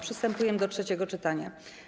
Przystępujemy do trzeciego czytania.